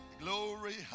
Glory